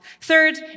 Third